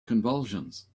convulsions